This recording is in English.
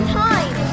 time